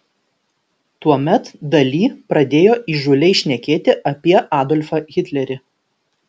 tuomet dali pradėjo įžūliai šnekėti apie adolfą hitlerį